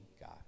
God